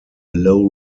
low